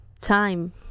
time